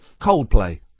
Coldplay